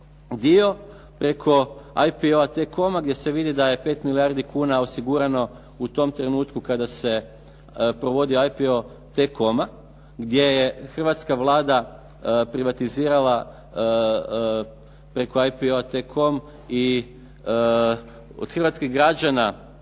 dio preko IPO T-Coma gdje se vidi da je 5 milijardi kuna osigurano u tom trenutku kada se provodio IPO T-Coma gdje je hrvatska Vlada privatizirala preko IPO-a T-Com i od hrvatskih građana